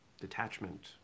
Detachment